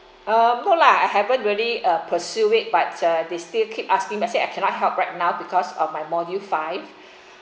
um no lah I haven't really uh pursue it but uh they still keep asking I said I cannot help right now because of my module five